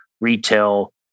retail